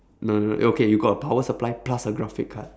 no no okay you got a power supply plus a graphic card